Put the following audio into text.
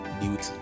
beauty